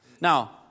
Now